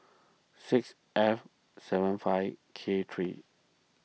six F seven five K three